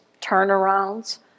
turnarounds